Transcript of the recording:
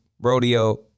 Rodeo